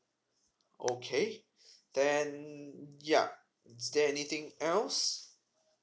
okay then yup is there anything else